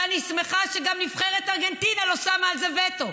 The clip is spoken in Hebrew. ואני שמחה שגם נבחרת ארגנטינה לא שמה על זה וטו,